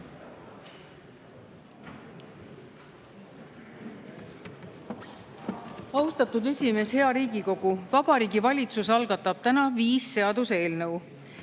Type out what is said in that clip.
Austatud esimees! Hea Riigikogu! Vabariigi Valitsus algatab täna viis seaduseelnõu.